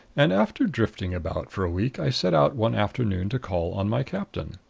and after drifting about for a week i set out one afternoon to call on my captain.